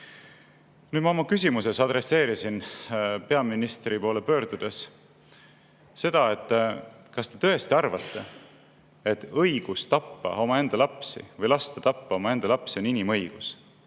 ma oma küsimuses adresseerisin peaministri poole pöördudes seda, et kas te tõesti arvate, et õigus tappa omaenda lapsi või lasta tappa omaenda lapsi on inimõigus.